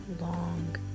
long